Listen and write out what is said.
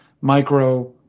micro